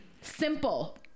Simple